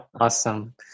awesome